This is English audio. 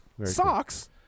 Socks